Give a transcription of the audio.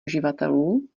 uživatelů